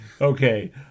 Okay